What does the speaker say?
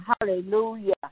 hallelujah